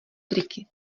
triky